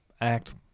act